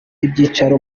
ibyicaro